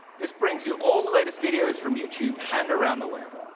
this brings you all the latest videos from youtube and around the web.